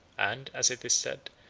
and, as it is said,